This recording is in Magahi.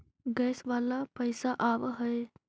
गैस वाला पैसा आव है?